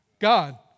God